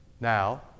Now